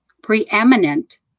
preeminent